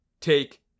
Take